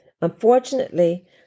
Unfortunately